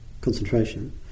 concentration